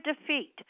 defeat